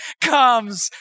comes